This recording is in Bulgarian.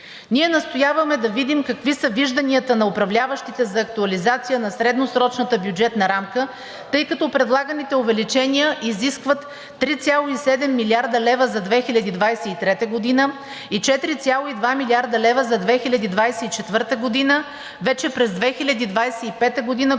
Ние настояваме да видим какви са вижданията на управляващите за актуализация на средносрочната бюджетна рамка, тъй като предлаганите увеличение изискват 3,7 млрд. лв. за 2023 г. и 4,2 млрд. лв. за 2024 г., вече през 2025 г. говорим